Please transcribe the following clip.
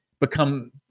become